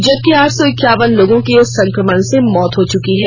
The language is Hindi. जबकि आठ सौ इक्यावन लोगों की इस संकमण से मौत हो चुकी है